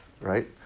right